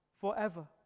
forever